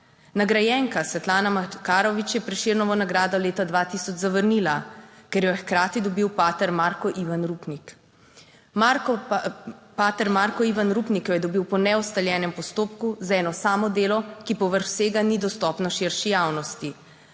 Nagrajenka Svetlana Makarovič je Prešernovo nagrado leta 2000 zavrnila, ker jo je hkrati dobil pater Marko Ivan Rupnik. Pater Marko Ivan Rupnik jo je dobil po neustaljenem postopku za eno samo delo, ki povrh vsega ni dostopno širši javnosti.